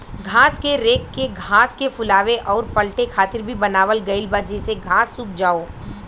घास के रेक के घास के फुलावे अउर पलटे खातिर भी बनावल गईल बा जेसे घास सुख जाओ